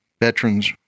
veterans